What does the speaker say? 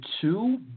two